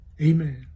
Amen